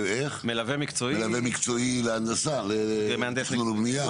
מלווה מקצועי להנדסה, לתכנון ובנייה.